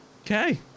Okay